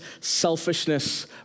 Selfishness